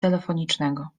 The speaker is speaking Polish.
telefonicznego